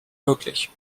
möglich